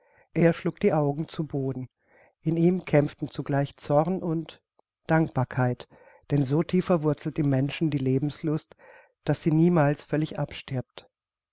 er schlug die augen zu boden in ihm kämpften zugleich zorn und dankbarkeit denn so tief wurzelt im menschen die lebenslust daß sie niemals völlig abstirbt